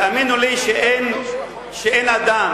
תאמינו לי שאין אדם,